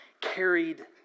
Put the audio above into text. carried